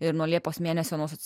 ir nuo liepos mėnesio nors